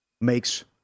makes